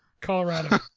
Colorado